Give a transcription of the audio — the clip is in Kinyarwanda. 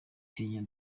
kenya